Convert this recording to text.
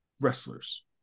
wrestlers